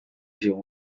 zigun